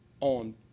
on